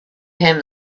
him